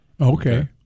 Okay